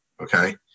Okay